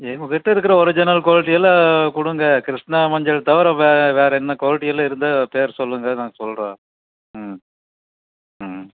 உங்கள்கிட்ட இருக்கிற ஒரிஜினல் குவாலிட்டியெல்லாம் கொடுங்க கிருஷ்ணா மஞ்சள் தவிர வே வேறு என்ன குவாலிட்டியெல்லாம் இருந்தால் பேர் சொல்லுங்கள் நான் சொல்கிறேன் ம் ம்